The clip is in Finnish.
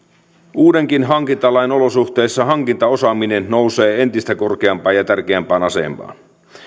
uudenkin hankintalain olosuhteissa hankintaosaaminen nousee entistä korkeampaan ja tärkeämpään asemaan